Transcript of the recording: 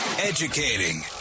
Educating